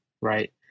right